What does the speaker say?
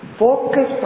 focus